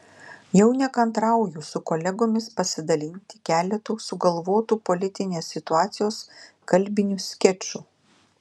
jau nekantrauju su kolegomis pasidalinti keletu sugalvotų politinės situacijos kalbinių skečų